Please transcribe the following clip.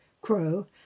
Crow